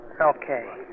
Okay